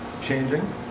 changing